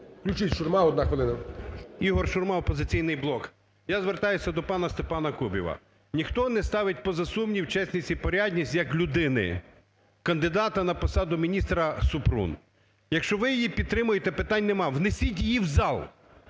Включіть Шурма, одна хвилина. 10:49:01 ШУРМА І.М. Ігор Шурма, "Опозиційний блок". Я звертаюся до пана Степана Кубіва. Ніхто не ставить поза сумнів чесність і порядність як людини кандидата на посаду міністра Супрун. Якщо ви її підтримуєте, питань нема – внесіть її в зал.